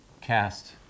cast